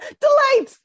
Delight